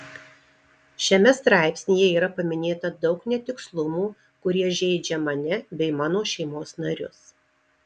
šiame straipsnyje yra paminėta daug netikslumų kurie žeidžia mane bei mano šeimos narius